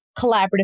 collaborative